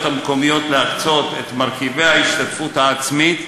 המקומיות להקצות את מרכיבי ההשתתפות העצמית,